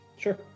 Sure